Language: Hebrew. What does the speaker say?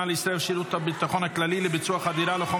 לישראל ושירות הביטחון הכללי לביצוע חדירה לחומר